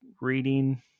reading